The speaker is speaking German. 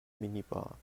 minibar